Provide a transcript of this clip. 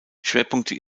schwerpunkte